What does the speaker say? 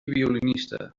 violinista